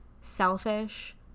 selfish